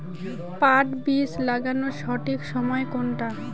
পাট বীজ লাগানোর সঠিক সময় কোনটা?